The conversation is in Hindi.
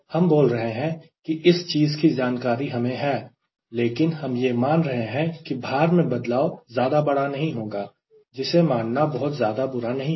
हम बोल रहे हैं कि इस चीज़ की जानकारी हमें है लेकिन हम यह मान रहे हैं कि भार में बदलाव ज्यादा बड़ा नहीं होगा जिसे मानना बहुत ज्यादा बुरा नहीं है